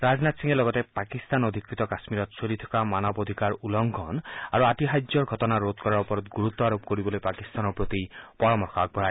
ৰাজনাথ সিঙে লগতে পাকিস্তান অধিকৃত কাশ্মীৰত চলি থকা মানৱ অধিকাৰ উলংঘন আৰু আতিশায্য ঘটনা ৰোধ কৰাৰ ওপৰত গুৰুত্ব আৰোপ কৰিবলৈ পাকিস্তানৰ প্ৰতি পৰামৰ্শ আগবঢ়ায়